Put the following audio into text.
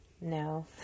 No